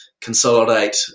consolidate